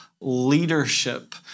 leadership